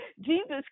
Jesus